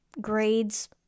grades